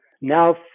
now